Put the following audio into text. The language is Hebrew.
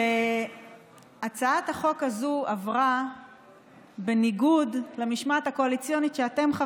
והצעת החוק הזו עברה בניגוד למשמעת הקואליציונית שאתם,